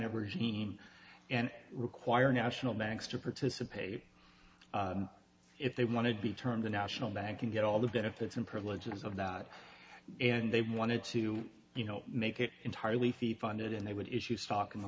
of regime and require national banks to participate if they want to be termed a national bank and get all the benefits and privileges of that and they wanted to you know make it entirely fee funded and they would issue stock in the